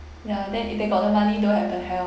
ya then if they got the money don't have the health